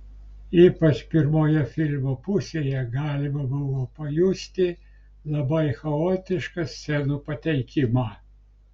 ypač pirmoje filmo pusėje galima buvo pajusti labai chaotišką scenų pateikimą